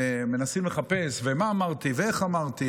מנסים לחפש מה אמרתי ואיך אמרתי.